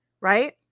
right